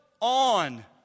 on